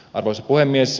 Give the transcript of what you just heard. arvoisa puhemies